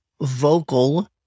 vocal